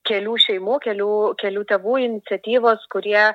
kelių šeimų kelių kelių tėvų iniciatyvos kurie